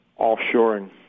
offshoring